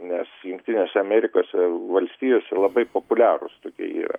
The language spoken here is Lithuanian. nes jungtinėse amerikose valstijose labai populiarūs tokie yra